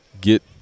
get